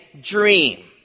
dream